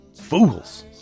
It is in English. fools